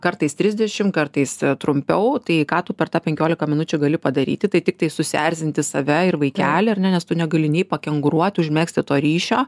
kartais trisdešim kartais trumpiau tai ką tu per tą penkiolika minučių gali padaryti tai tiktai susierzinti save ir vaikelį ar ne nes tu negali nei pakenguruot užmegzti to ryšio